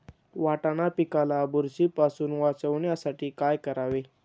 वाटाणा पिकाला बुरशीपासून वाचवण्यासाठी काय करावे?